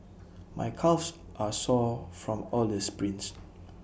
my calves are sore from all the sprints